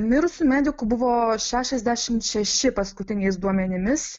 mirusių medikų buvo šešiasdešimt šeši paskutiniais duomenimis